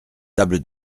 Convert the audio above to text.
table